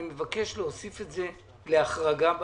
אני מבקש להוסיף את זה להחרגה מהחוק.